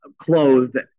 clothed